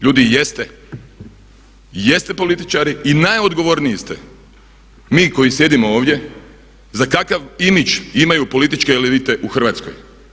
Ljudi jeste, jeste političari i najodgovorniji ste, mi koji sjedimo ovdje, za kakav imidž imaju političke elite u Hrvatskoj.